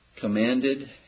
commanded